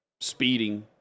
speeding